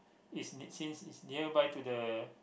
is since it's nearby to the